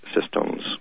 systems